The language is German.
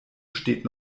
steht